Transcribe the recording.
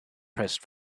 pressed